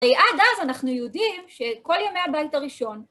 עד אז אנחנו יודעים שכל ימי הבית הראשון.